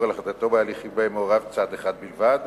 על החלטתו בהליכים שבהם מעורב צד אחד בלבד,